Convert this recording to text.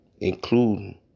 including